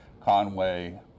Conway